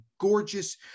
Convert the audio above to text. gorgeous